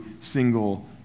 single